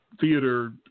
theater